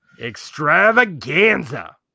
Extravaganza